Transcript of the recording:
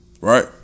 right